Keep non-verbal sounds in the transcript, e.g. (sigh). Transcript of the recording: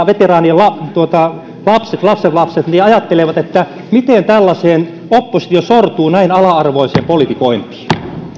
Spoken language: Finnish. (unintelligible) veteraanien lapset ja lapsenlapset ajattelevat että miten tällaiseen oppositio sortuu näin ala arvoiseen politikointiin